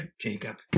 Jacob